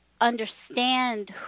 understand